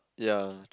ya t~